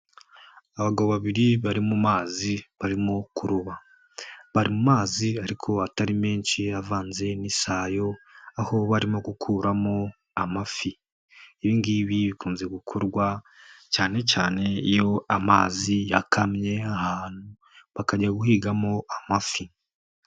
Abagabo babiri bari mu mazi barimo kuroba. Bari mu mazi ariko atari menshi avanze n'isayo, aho barimo gukuramo amafi. Ibingibi bikunze gukorwa cyane cyane iyo amazi yakamye ahantu bakajya guhigamo amafi.